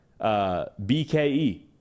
bke